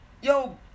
yo